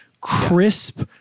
crisp